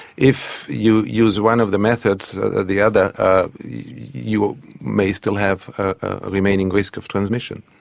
if you use one of the methods or the other you may still have a remaining risk of transmission.